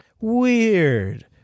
Weird